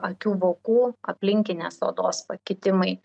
akių vokų aplinkinės odos pakitimai